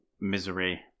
misery